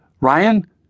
Ryan